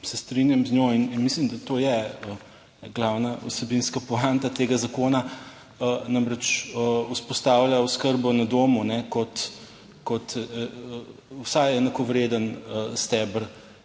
se strinjam z njo in mislim, da to je glavna vsebinska poanta tega zakona. Namreč vzpostavlja oskrbo na domu kot vsaj enakovreden steber